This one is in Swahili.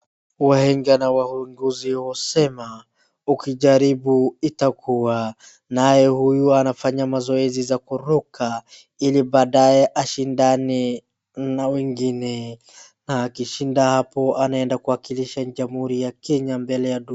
Wahenga na wahenguzi husema ukijaribu itakuwa naye huyu anafanya mazoezi za kuruka ili baadaye ashindane na wengine na akishinda hapo anaenda kuwakilisha jamhuri ya Kenya mbele ya dunia.